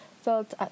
felt